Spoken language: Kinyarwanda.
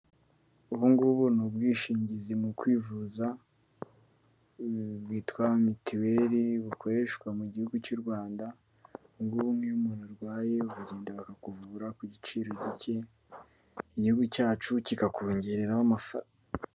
Ubungubu ni ubwishingizi mu kwivuza bwitwa mitiweli bukoreshwa mu gihugu cy'u Rwanda rw'ubumwe, iyo umuntu arwaye uragenda bakakuvura ku giciro gike igihugu cyacu kikakongereho.